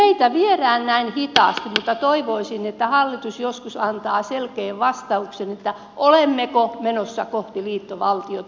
meitä viedään näin hitaasti mutta toivoisin että hallitus joskus antaa selkeän vastauksen olemmeko menossa kohti liittovaltiota